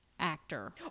actor